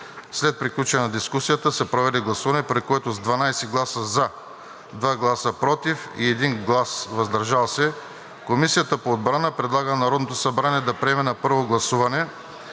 След приключване на дискусията се проведе гласуване, при което с 12 гласа „за“ 2 гласа „против“ и 1 глас „въздържал се“ Комисията по отбрана предлага на Народното събрание да приеме на първо гласуване